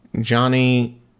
Johnny